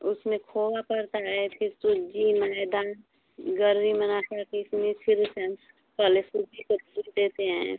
उसमें खोआ पड़ता है फिर सूजी मैदा गरी में आटा किशमिश फिर उसमें पहले सूजी को भूँज देते हैं